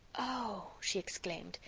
oh! she exclaimed,